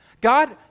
God